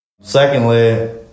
Secondly